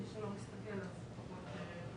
מי שלא מסתכל אז פחות רואה,